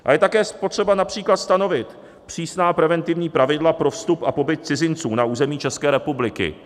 A je také potřeba například stanovit přísná preventivní pravidla pro vstup a pobyt cizinců na území České republiky.